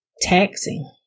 taxing